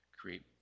create